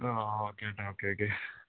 ആ ഓക്കേ ചേട്ടാ okay okay